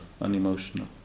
unemotional